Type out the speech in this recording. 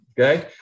Okay